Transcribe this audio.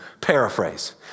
Paraphrase